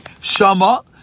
Shama